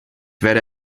werde